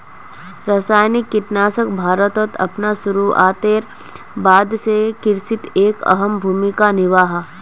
रासायनिक कीटनाशक भारतोत अपना शुरुआतेर बाद से कृषित एक अहम भूमिका निभा हा